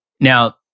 Now